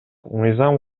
мыйзам